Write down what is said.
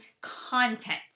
content